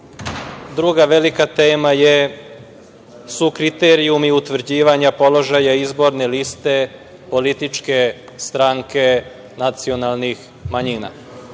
Druga velika tema su kriterijumi utvrđivanja položaja izborne liste političke stranke nacionalnih manjina. Što